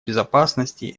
безопасности